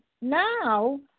now